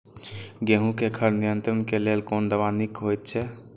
गेहूँ क खर नियंत्रण क लेल कोन दवा निक होयत अछि?